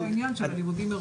המל"ג.